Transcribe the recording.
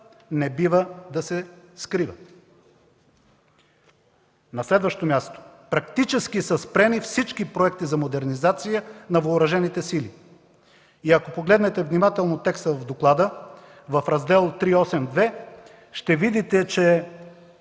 не бива да се скрива. На следващо място, практически са спрени всички проекти за модернизация на Въоръжените сили. Ако погледнете внимателно текста в доклада, в Раздел ІІІ, т. 8.2, ще видите, че